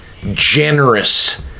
generous